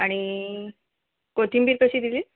आणि कोथिंबीर कशी दिली